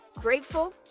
grateful